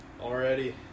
already